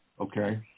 Okay